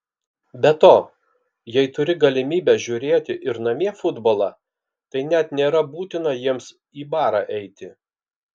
be to jei turi galimybę žiūrėti ir namie futbolą tai net nėra būtina jiems į barą eiti